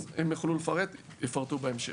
אז אם יוכלו לפרט, יפרטו בהמשך.